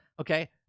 Okay